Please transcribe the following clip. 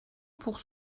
pour